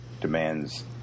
demands